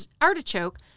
Artichoke